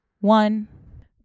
one